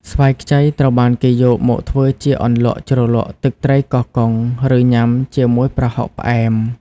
ស្វាយខ្ចីត្រូវបានគេយកមកធ្វើជាអន្លក់ជ្រលក់ទឹកត្រីកោះកុង ឬញ៉ាំជាមួយប្រហុកផ្អែម។